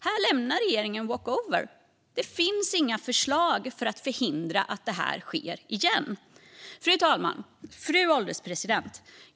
Här lämnar regeringen walkover. Det finns inga förslag för att förhindra att detta sker igen. Fru ålderspresident!